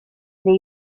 neu